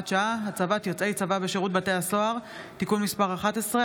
שעה) (הצבת יוצאי צבא בשירות בתי הסוהר) (תיקון מס' 11),